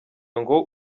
ngo